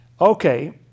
Okay